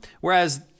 Whereas